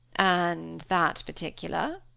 and that particular?